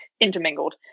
intermingled